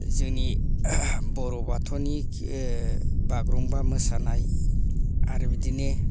जोंनि बर' बाथौनि बागुरुम्बा मोसानाय आरो बिदिनो